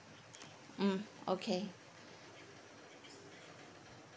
mm okay